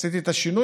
עשיתי את השינוי,